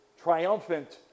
triumphant